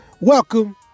Welcome